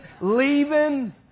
leaving